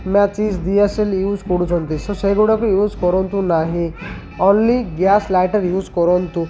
matches ଦିଆସିଲ use କରୁଛନ୍ତି ସେ ସେଗୁଡ଼ାକ ୟୁଜ୍ କରନ୍ତୁ ନାହିଁ ଓନ୍ଲି ଗ୍ୟାସ୍ ଲାଇଟର୍ ୟୁଜ୍ କରନ୍ତୁ